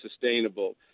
sustainable